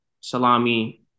salami